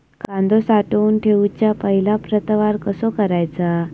कांदो साठवून ठेवुच्या पहिला प्रतवार कसो करायचा?